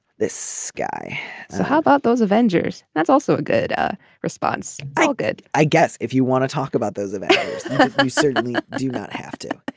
this guy so how about those avengers. that's also a good ah response i get. i guess if you want to talk about those events you certainly do not have to.